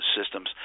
systems